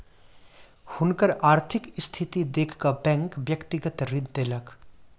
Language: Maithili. हुनकर आर्थिक स्थिति देख कअ बैंक व्यक्तिगत ऋण देलक